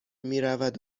میرود